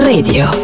Radio